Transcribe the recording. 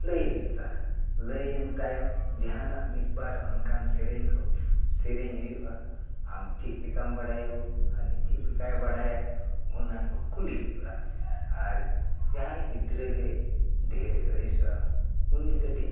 ᱞᱟᱹᱭ ᱦᱩᱭᱩᱜᱼᱟ ᱞᱟᱹᱭᱮᱱ ᱛᱟᱭᱚᱢ ᱡᱟᱦᱟᱱᱟᱜ ᱢᱤᱫ ᱵᱟᱨ ᱚᱱᱠᱟᱱ ᱥᱮᱨᱮᱧ ᱠᱚ ᱥᱮᱨᱮᱧ ᱦᱩᱭᱩᱜᱼᱟ ᱟᱢ ᱪᱮᱫ ᱞᱮᱠᱟᱢ ᱵᱟᱰᱟᱭᱟ ᱵᱟᱹᱵᱩ ᱦᱟᱹᱱᱤ ᱪᱮᱫ ᱞᱮᱠᱟᱭ ᱵᱟᱰᱟᱭᱟ ᱚᱱᱟ ᱠᱚ ᱠᱩᱞᱤ ᱦᱩᱭᱩᱜ ᱟᱱ ᱟᱨ ᱡᱟᱦᱟᱸᱭ ᱜᱤᱫᱽᱨᱟᱹ ᱜᱮ ᱰᱷᱮᱨᱮ ᱟᱹᱲᱤᱥᱚᱜᱼᱟ ᱩᱱᱤ ᱠᱟᱹᱴᱤᱡ